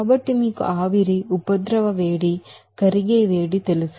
కాబట్టి మీకు vaporization heat of sublimation heat of melting తెలుసు